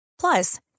Plus